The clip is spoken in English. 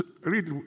Read